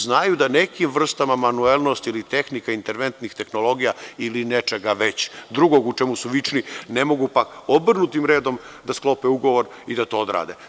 Znaju da nekim vrstama manuelnosti ili tehnika, internventnih tehnologija ili nečega već drugog u čemu su vični, ne mogu pak obrnutim redom da sklope ugovor i da to odrade.